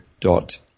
dot